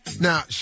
now